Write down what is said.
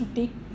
take